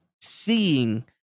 seeing